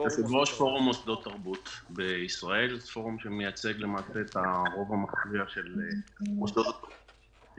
זה פורום שמייצג את הרוב המכריע של מוסדות התרבות בישראל